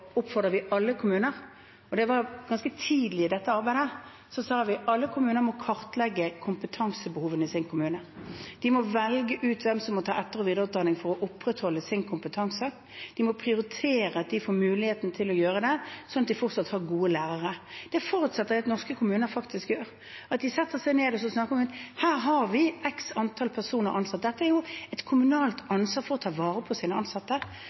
vi alle kommuner – ganske tidlig i dette arbeidet sa vi at alle kommuner må kartlegge kompetansebehovene i sin kommune, de må velge ut hvem som må ta etter- og videreutdanning for å opprettholde sin kompetanse, de må prioritere at de får muligheten til å gjøre det, sånn at de fortsatt har gode lærere. Det forutsetter jeg at norske kommuner faktisk gjør, at de setter seg ned og snakker om at her har vi x antall personer ansatt. Det er et kommunalt ansvar å ta vare på sine ansatte